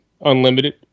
unlimited